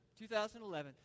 2011